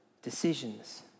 Decisions